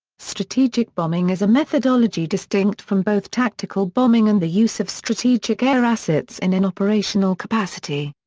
strategic bombing is a methodology distinct from both tactical bombing and the use of strategic air assets in an operational capacity.